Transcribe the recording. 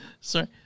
Sorry